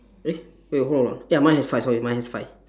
eh wait hold on hold on ya mine has five sorry mine has five